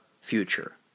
future